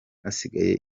hasigaye